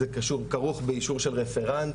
זה כרוך באישור של רפרנט,